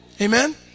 Amen